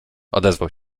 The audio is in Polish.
ozwał